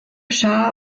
schah